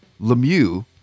Lemieux